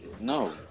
No